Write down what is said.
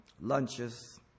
lunches